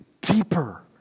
deeper